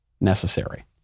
necessary